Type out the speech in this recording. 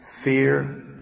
Fear